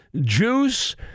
Juice